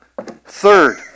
third